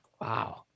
wow